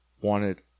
wanted